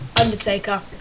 Undertaker